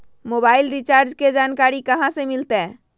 Mobile recharge के जानकारी कहा से मिलतै?